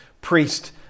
priest